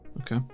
Okay